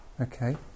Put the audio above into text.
Okay